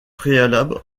préalable